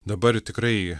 dabar tikrai